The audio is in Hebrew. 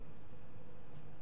זה מה שאנחנו רוצים?